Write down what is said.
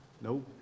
Nope